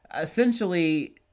Essentially